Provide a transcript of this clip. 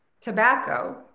tobacco